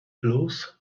plus